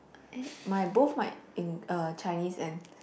eh my both my Eng~ Chinese and